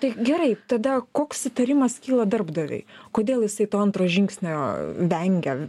tai gerai tada koks įtarimas kyla darbdaviui kodėl jisai to antro žingsnio vengia